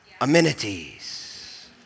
amenities